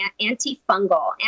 antifungal